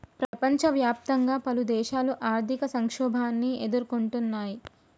ప్రపంచవ్యాప్తంగా పలుదేశాలు ఆర్థిక సంక్షోభాన్ని ఎదుర్కొంటున్నయ్